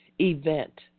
event